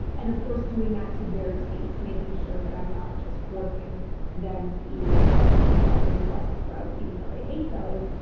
and of course doing that to their tastes, making sure that i'm not just forcing them to eat broccoli and brussels sprouts, even though they hate those,